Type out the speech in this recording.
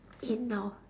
eight now